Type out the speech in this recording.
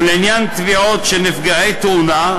ולעניין תביעות של נפגעי עבודה,